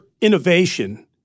innovation